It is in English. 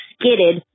skidded